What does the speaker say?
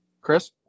chris